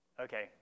Okay